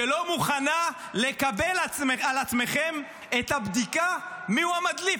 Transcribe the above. שלא מוכנים לקבל על עצמכם את הבדיקה מיהו המדליף.